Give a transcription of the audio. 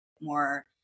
more